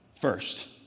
first